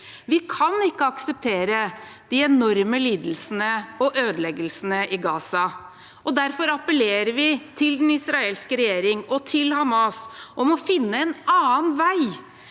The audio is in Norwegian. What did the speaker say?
Vi kan ikke akseptere de enorme lidelsene og ødeleggelsene i Gaza. Derfor appellerer vi til den israelske regjering og til Hamas om å finne en annen vei,